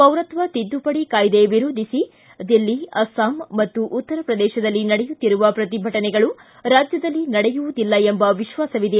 ಪೌರಕ್ಷ ತಿದ್ದುಪಡಿ ಕಾಯ್ದೆ ವಿರೋಧಿಸಿ ದಿಲ್ಲಿ ಅಸ್ಸಾಂ ಮತ್ತು ಉತ್ತರಪ್ರದೇಶದಲ್ಲಿ ನಡೆಯುತ್ತಿರುವ ಪ್ರತಿಭಟನೆಗಳು ರಾಜ್ಯದಲ್ಲಿ ನಡೆಯುವುದಿಲ್ಲ ಎಂಬ ವಿಶ್ವಾಸವಿದೆ